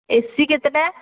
ଏ C କେତେଟା